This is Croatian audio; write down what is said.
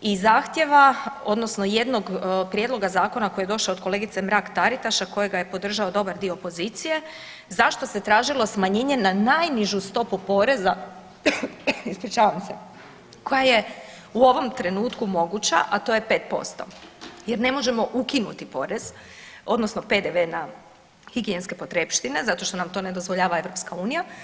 i zahtjeva odnosno jednog prijedloga zakona koji je došao od kolegice Mrak Taritaš, a kojega je podržao dobar dio pozicije zašto se tražilo smanjenje na najnižu stopu poreza koja je u ovom trenutku moguća, a to je 5% jer ne možemo ukinuti porez odnosno PDV na higijenske potrepštine zato što nam to ne dozvoljava EU.